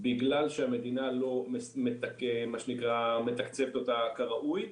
בגלל שהמדינה לא מה שנקרא מתקצבת אותה כראוי.